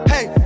Hey